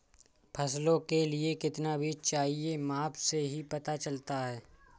फसलों के लिए कितना बीज चाहिए माप से ही पता चलता है